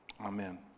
Amen